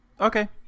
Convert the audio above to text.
Okay